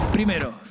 Primero